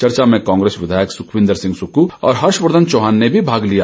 चर्चा में कांग्रेस विधायक सुखविन्द सिंह सुक्खू हर्षवर्धन चौहान ने भी भाग लिया